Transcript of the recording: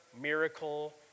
miracle